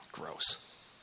Gross